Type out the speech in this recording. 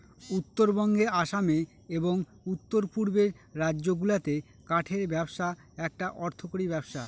উত্তরবঙ্গে আসামে এবং উত্তর পূর্বের রাজ্যগুলাতে কাঠের ব্যবসা একটা অর্থকরী ব্যবসা